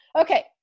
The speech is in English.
Okay